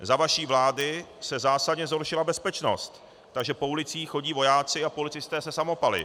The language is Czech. Za vaší vlády se zásadně zhoršila bezpečnost, takže po ulicích chodí vojáci a policisté se samopaly.